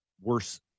worse